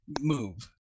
move